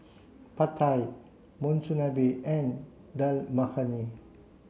Pad Thai Monsunabe and Dal Makhani